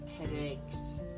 headaches